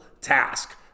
task